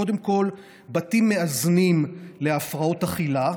קודם כול, בתים מאזנים להפרעות אכילה,